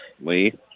Lee